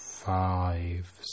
Five